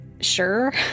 Sure